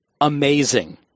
Amazing